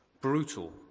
brutal